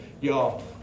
y'all